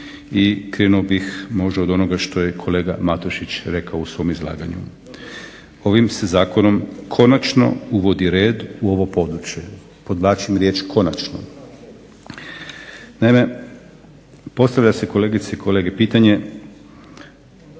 i krenuo bih možda o onoga što je kolega Matušić rekao u svom izlaganju. Ovim se zakonom konačno uvodi red u ovo područje, podvlačim riječ konačno. Naime, postavlja se kolegice i kolege pitanje,